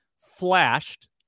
flashed